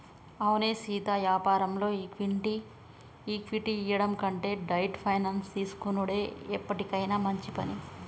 అవునే సీతా యాపారంలో ఈక్విటీ ఇయ్యడం కంటే డెట్ ఫైనాన్స్ తీసుకొనుడే ఎప్పటికైనా మంచి పని